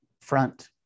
front